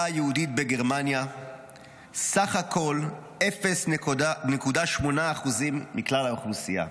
היהודית בגרמניה סך הכול 0.8% מכלל האוכלוסייה.